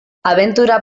abentura